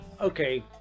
okay